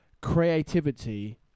creativity